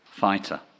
fighter